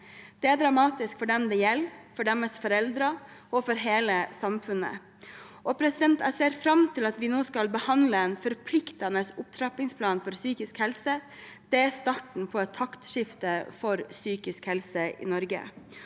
Det er dramatisk for dem det gjelder, for deres foreldre og for hele samfunnet. Jeg ser fram til at vi nå skal behandle en forpliktende opptrappingsplan for psykisk helse. Det er starten på et taktskifte for psykisk helse i Norge.